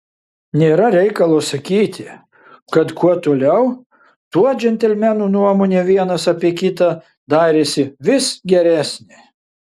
nėra reikalo sakyti kad kuo toliau tuo džentelmenų nuomonė vienas apie kitą darėsi vis geresnė